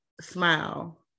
smile